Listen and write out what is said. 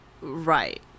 right